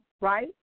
right